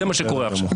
זה מה שקורה.